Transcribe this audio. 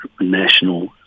national